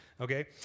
okay